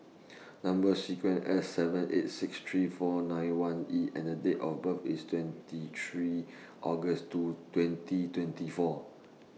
Number sequence IS S seven eight six three four nine one E and Date of birth IS twenty three August twenty twenty four